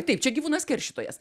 taip čia gyvūnas keršytojas